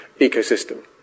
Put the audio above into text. ecosystem